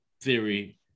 theory